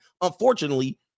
Unfortunately